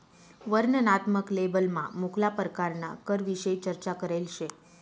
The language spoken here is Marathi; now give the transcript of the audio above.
वर्णनात्मक लेबलमा मुक्ला परकारना करविषयी चर्चा करेल शे